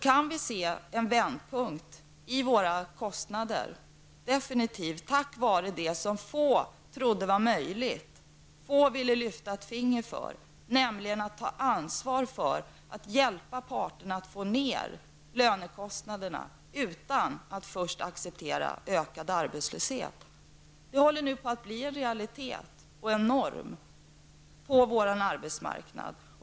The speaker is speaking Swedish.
Detta tack vare det som få trodde var möjligt och få ville lyfta ett finger för, nämligen att ta ansvar för att hjälpa parterna att få ner lönekostnaderna utan att först acceptera ökad arbetslöshet. Det håller nu på att bli en realitet och en norm på vår arbetsmarknad.